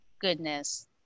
goodness